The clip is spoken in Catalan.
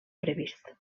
previst